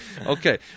Okay